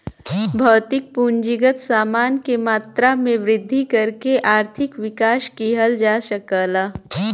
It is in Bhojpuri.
भौतिक पूंजीगत समान के मात्रा में वृद्धि करके आर्थिक विकास किहल जा सकला